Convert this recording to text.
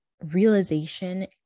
realization